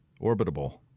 Orbitable